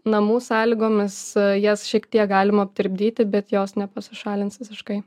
namų sąlygomis jas šiek tiek galim aptirpdyti bet jos nepasišalins visiškai